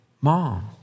mom